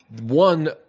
one